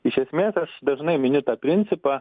iš esmės aš dažnai miniu tą principą